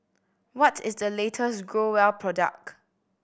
what is the latest Growell product